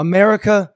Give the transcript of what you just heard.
America